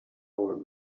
old